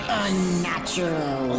unnatural